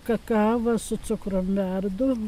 kakavą su cukrum verdu